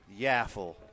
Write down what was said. Yaffle